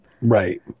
Right